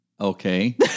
Okay